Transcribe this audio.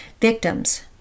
Victims